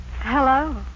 Hello